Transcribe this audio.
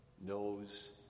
knows